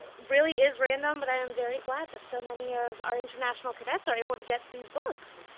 really is random, but i'm very glad that so many of our international cadets are able to get these books.